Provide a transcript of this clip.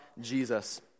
Jesus